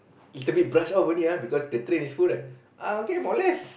little brush off only ah because the train is full right ah okay molest